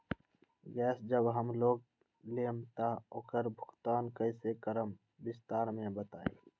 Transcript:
Gas जब हम लोग लेम त उकर भुगतान कइसे करम विस्तार मे बताई?